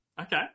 Okay